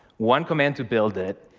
one command to build it,